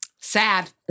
Sad